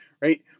right